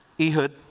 Ehud